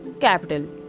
capital